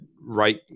right